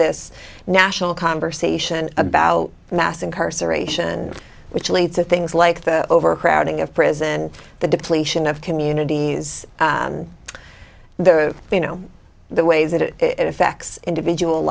this national conversation about mass incarceration which leads to things like the overcrowding of prison the depletion of communities the you know the ways that it effects individual